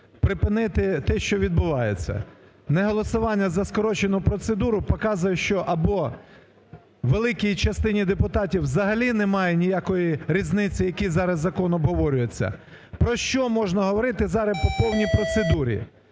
припините те, що відбувається. Неголосування за скорочену процедуру показує, що або великій частині депутатів взагалі немає ніякої різниці, який зараз закон обговорюється. Про що можна говорити зараз по повній процедурі?